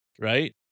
right